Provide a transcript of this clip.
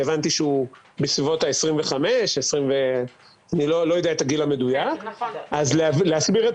שהבנתי שהוא בסביבות גיל 25. להסביר את